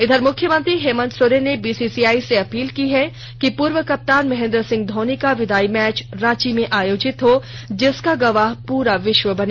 इधर मुख्यमंत्री हेमंत सोरेन ने बीसीसीआई से अपील की है कि पूर्व कप्तान महेन्द्र सिंह धौनी का विदाई मैच रांची में आयोजित हो जिसका गवाह पूरा विश्व बने